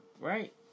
Right